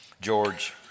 George